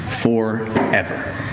forever